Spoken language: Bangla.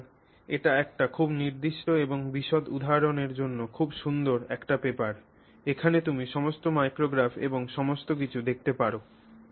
সুতরাং এটি একটি খুব নির্দিষ্ট এবং বিশদ উদাহরণের জন্য খুব সুন্দর একটি পেপার এখানে তুমি সমস্ত মাইক্রোগ্রাফ এবং সমস্ত কিছু দেখতে পাবে